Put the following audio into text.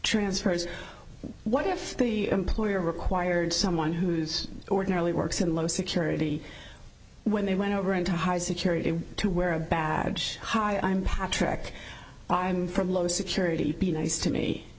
transfers what if the employer required someone who's ordinarily works in low security when they went over into high security to wear a badge hi i'm patrick i'm from low security be nice to me